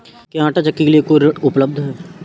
क्या आंटा चक्की के लिए कोई ऋण उपलब्ध है?